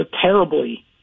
terribly